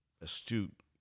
astute